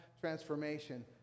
transformation